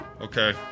okay